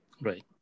Right